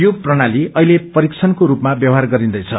यो प्रणाली अहिले परिक्षणको रूपमा व्यवहार गरिन्दैछ